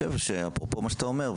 אפרופו מה שאתה אומר,